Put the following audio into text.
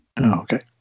Okay